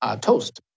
toast